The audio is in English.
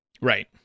right